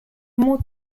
more